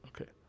okay